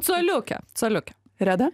coliukė coliukė reda